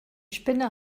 spinne